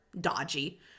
dodgy